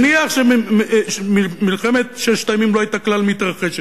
נניח שמלחמת ששת הימים לא היתה כלל מתרחשת,